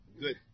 good